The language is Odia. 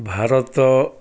ଭାରତ